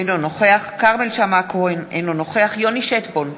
אינו נוכח כרמל שאמה-הכהן, אינו נוכח יוני שטבון,